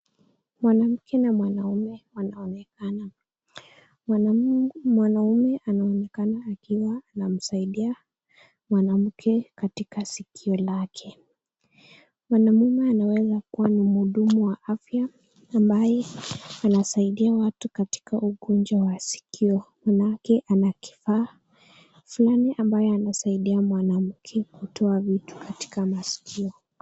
Mwanamke na mwanaume wanaonekana, mwanaume anaonekana anamsaidia mwanamke katika sikio lake, mwanamume anaweza kuwa ni mhudumu wa afya ambaye anasaidia watu katika ugonjwa wa sikio, maanake ana kifaa fulani ambaye anamsaidia mwanamke kutoa vitu katika maskio.